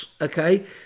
Okay